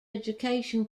education